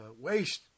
Waste